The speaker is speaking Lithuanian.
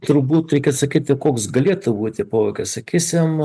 turbūt reikia sakyti koks galėtų būti poveikis sakysim